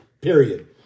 period